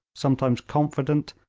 sometimes confident,